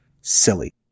silly